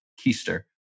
keister